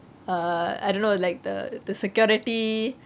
err I don't know like the the security